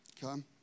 Come